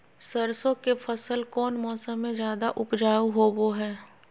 सरसों के फसल कौन मौसम में ज्यादा उपजाऊ होबो हय?